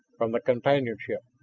from the companionship.